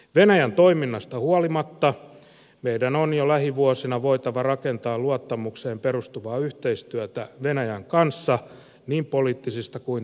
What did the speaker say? venäjän toiminnasta huolimatta meidän on jo lähivuosina voitava rakentaa luottamukseen perustuvaa yhteistyötä venäjän kanssa niin poliittisista kuin taloudellisista syistä